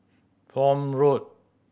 Prome Road